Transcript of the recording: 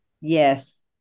Yes